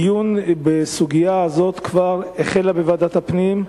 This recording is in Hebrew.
הדיון בסוגיה הזאת כבר החל בוועדת הפנים,